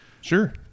Sure